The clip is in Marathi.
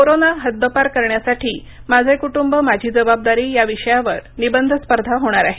कोरोना हद्दपार करण्यासाठी माझे कुटुंब माझी जबाबदारी या विषयावर निबंध स्पर्धा होणार आहे